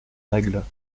règles